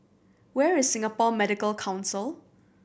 where is Singapore Medical Council